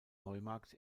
neumarkt